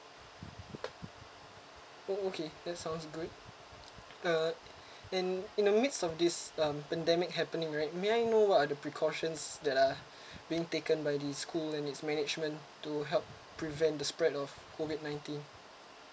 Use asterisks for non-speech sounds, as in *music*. oh okay that sounds good uh *breath* in in the midst of this um pandemic happening right may I know what are the precautions that are being taken by the school and its management to help prevent the spread of COVID nineteen